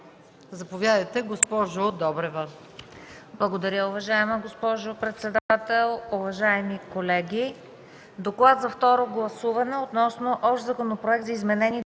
Заповядайте, госпожо Донева.